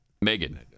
Megan